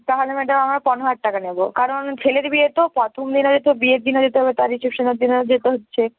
তাহলে ম্যাডাম আমরা পনেরো হাজার টাকা নেব কারণ ছেলের বিয়ে তো প্রথম দিনও যেতে হবে বিয়ের দিনও যেতে হবে তার রিসেপশানের দিনও যেতে হচ্ছে